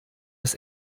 des